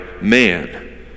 man